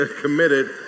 committed